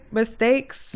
mistakes